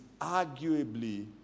arguably